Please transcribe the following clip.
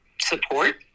support